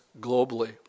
globally